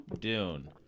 Dune